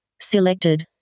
selected